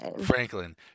Franklin